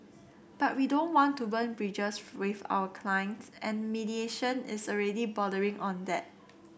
but we don't want to burn bridges with our clients and mediation is already bordering on that